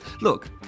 Look